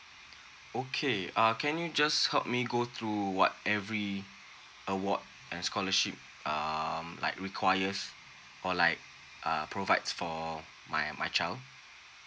okay uh can you just help me go through what every award and scholarship um like requires or like err provides for my my child